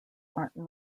martin